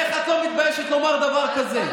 איך את לא מתביישת לומר דבר כזה.